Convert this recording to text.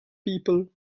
people